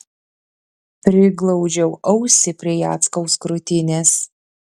priglaudžiau ausį prie jackaus krūtinės